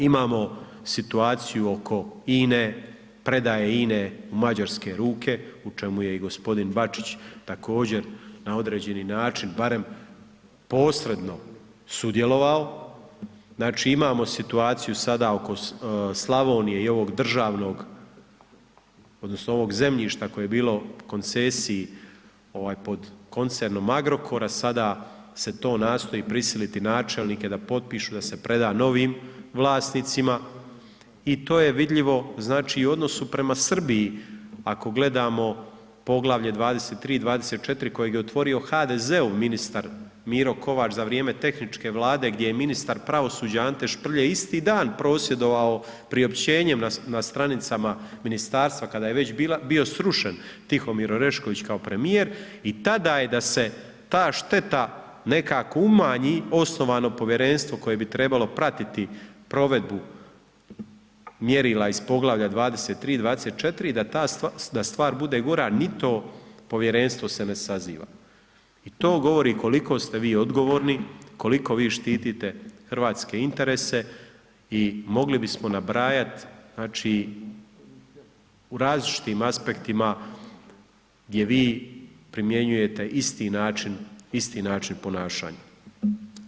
Imamo situaciju oko INA-e, predaje INA-e u mađarske ruke, u čemu je i g. Bačić također na određeni način barem posredno sudjelovao, znači, imamo situaciju sada oko Slavonije i ovog državnog odnosno ovog zemljišta koje je bilo u koncesiji pod koncernom Agrokora, sada se to nastoji prisiliti načelnike da potpišu da se preda novim vlasnicima i to je vidljivo, znači, i u odnosu prema Srbiji ako gledamo poglavlje 23. i 24. kojeg je otvorio HDZ-ov ministar Miro Kovač za vrijeme tehničke Vlade gdje je ministar pravosuđa Ante Šprlje isti dan prosvjedovao priopćenjem na stranicama ministarstva kada je već bio srušen Tihomir Orešković kao premijer i tada je da se ta šteta nekako umanji, osnovano povjerenstvo koje bi trebalo pratiti provedbu mjerila iz poglavlja 23. i 24. i da stvar bude gora, ni to povjerenstvo se ne saziva i to govori koliko ste vi odgovorni, koliko vi štitite hrvatske interese i mogli bismo nabrajat, znači, u različitim aspektima gdje vi primjenjujete isti način, isti način ponašanja.